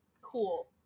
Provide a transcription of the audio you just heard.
Cool